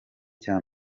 cya